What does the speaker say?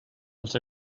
els